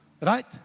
Right